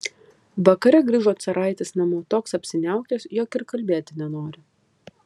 vakare grįžo caraitis namo toks apsiniaukęs jog ir kalbėti nenori